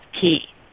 key